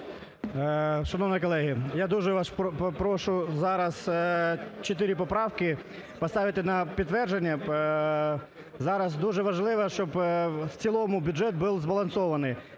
Шановні колеги, я дуже вас попрошу зараз чотири поправки поставити на підтвердження. Зараз дуже важливо, щоб в цілому бюджет був збалансований.